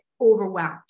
overwhelmed